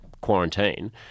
quarantine